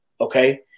Okay